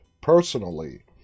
personally